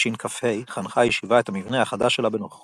חנכה הישיבה את המבנה החדש שלה בנוכחות